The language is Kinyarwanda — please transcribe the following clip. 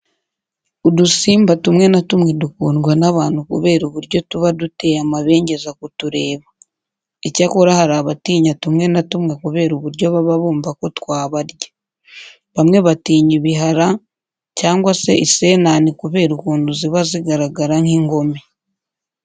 Udusimba tumwe na tumwe dukundwa n'abantu kubera uburyo tuba duteye amabengeza kutureba. Icyakora hari abatinya tumwe na tumwe kubera uburyo baba bumva ko twabarya. Bamwe batinya ibihara cyangwa se isenani kubera ukuntu ziba zigaragara nk'ingome.